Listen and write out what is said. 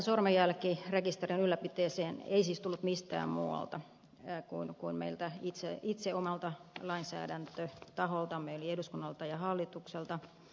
tätä velvoitetta sormenjälkirekisterin ylläpitämiseen ei siis tullut mistään muualta kuin meidän omalta lainsäädäntötaholtamme eli eduskunnalta ja hallitukselta